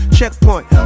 checkpoint